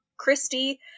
Christy